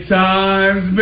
times